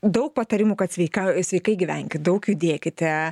daug patarimų kad sveika sveikai gyvenkit daug judėkite